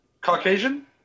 Caucasian